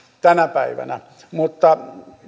tänä päivänä mutta